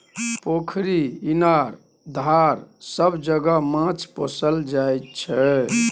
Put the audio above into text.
पोखरि, इनार, धार सब जगह माछ पोसल जाइ छै